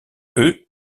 eux